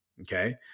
Okay